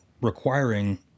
requiring